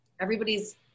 everybody's